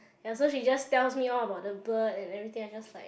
ya so she just tells me all about the bird and everything I just like